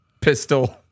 pistol